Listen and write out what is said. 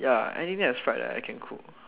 ya anything that is fried that I can cook